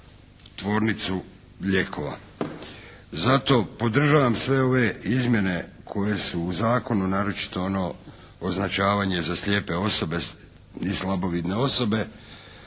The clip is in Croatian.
tvornicu lijekova. Zato podržavam sve ove izmjene koje su u zakonu a naročito ono označavanje za slijepe osobe i slabovidne osobe,